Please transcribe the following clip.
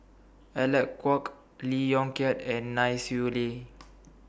Alec Kuok Lee Yong Kiat and Nai Swee Leng